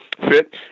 fit